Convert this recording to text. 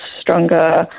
stronger